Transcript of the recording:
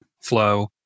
flow